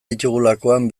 ditugulakoan